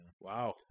Wow